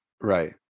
Right